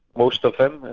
most of them,